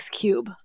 Cube